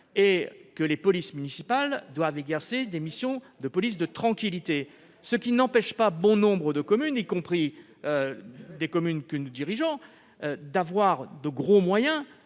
et que les polices municipales doivent se consacrer à des missions de police de tranquillité. Cela n'empêche pas bon nombre de communes, y compris parmi celles que nous dirigeons, de consacrer de gros moyens